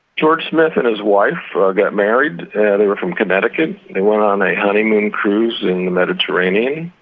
george smith and his wife got married they were from connecticut. they went on a honeymoon cruise in the mediterranean.